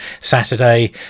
Saturday